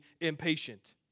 impatient